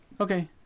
Okay